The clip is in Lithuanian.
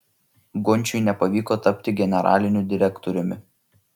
gončiui nepavyko tapti generaliniu direktoriumi